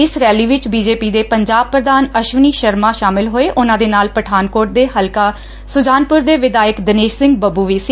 ਇਸ ਰੈਲੀ ਵਿਚ ਬੀਜੇਪੀ ਦੇ ਪੰਜਾਬ ਪ੍ਰਧਾਨ ਅਸ਼ਵਨੀ ਸ਼ਰਮਾ ਸ਼ਾਮਲ ਹੋਏ ਉਨ੍ਨਾਂ ਦੇ ਨਾਲ ਪਠਾਨਕੋਟ ਦੇ ਹਲਕਾ ਸੁਜਾਨਪੁਰ ਦੇ ਵਿਧਾਇਕ ਦਿਨੇਸ਼ ਸਿੰਘ ਬੱਬੂ ਵੀ ਸੀ